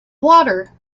water